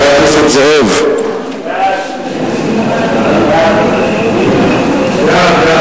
ההצעה להעביר את הצעת חוק ההתייעלות הכלכלית (תיקוני חקיקה ליישום